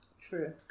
True